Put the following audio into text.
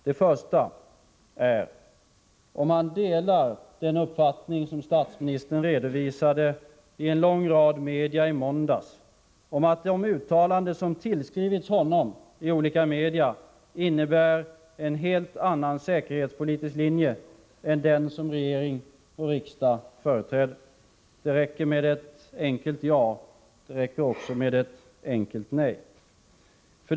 Delar utrikesministern den uppfattning som statsministern redovisade i en lång rad media i måndags om att de uttalanden som tillskrivits honom i olika media innebär en helt annan säkerhetspolitisk linje än den som regering och riksdag företräder? Det räcker med ett enkelt ja eller nej. 2.